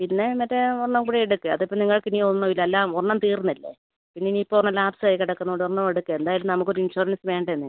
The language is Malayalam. പിന്നെ മറ്റേ ഒരെണ്ണം കൂടെ എടുക്ക് അത് ഇപ്പം നിങ്ങൾക്ക് ഇനി ഒന്നും ഇല്ല എല്ലാം ഒരെണ്ണം തീർന്നില്ലേ പിന്നെ ഇനി ഇപ്പോൾ ഒരെണ്ണം ലാപ്സ് ആയി കിടക്കുന്നതുകൊണ്ട് ഒരെണ്ണം എടുക്ക് എന്തായാലും നമുക്ക് ഒരു ഇൻഷുറൻസ് വേണ്ടേന്നേ